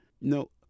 No